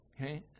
Okay